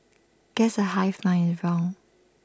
guess the hive mind is wrong